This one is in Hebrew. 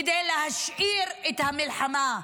כדי להשאיר את המלחמה,